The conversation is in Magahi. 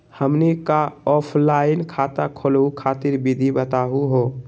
हमनी क ऑफलाइन खाता खोलहु खातिर विधि बताहु हो?